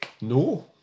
No